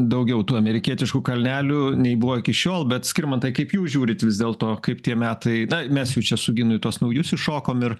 daugiau tų amerikietiškų kalnelių nei buvo iki šiol bet skirmantai kaip jūs žiūrit vis dėlto kaip tie metai na mes jau čia su ginu į tuos naujus įšokom ir